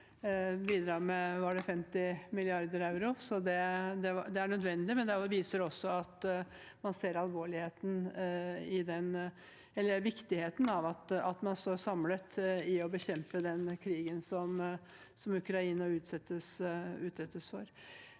– det var det vel. Det er nødvendig, og det viser også at man ser viktigheten av at man står samlet i å bekjempe den krigen som Ukraina utsettes for.